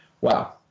Wow